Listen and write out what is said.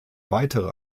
weitere